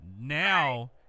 now